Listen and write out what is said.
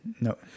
no